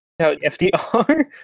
FDR